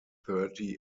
thirty